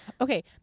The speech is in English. okay